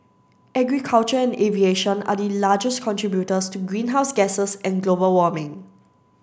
agriculture and aviation are the largest contributors to greenhouse gases and global warming